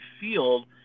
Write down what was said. field